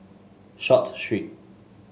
Short Street